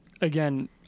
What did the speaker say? again